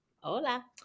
hola